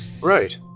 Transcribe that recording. Right